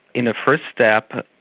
in a first step,